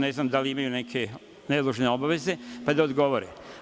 Ne znam da li imaju neke neodložne obaveze, pa da odgovore.